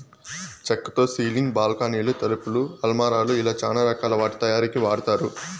చక్కతో సీలింగ్, బాల్కానీలు, తలుపులు, అలమారాలు ఇలా చానా రకాల వాటి తయారీకి వాడతారు